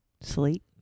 Sleep